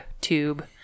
tube